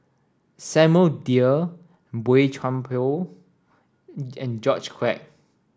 Samuel Dyer Boey Chuan Poh and George Quek